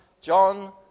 John